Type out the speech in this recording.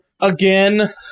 again